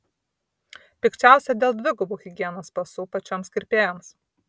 pikčiausia dėl dvigubų higienos pasų pačioms kirpėjoms